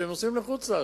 כשהם נוסעים לחוץ-לארץ.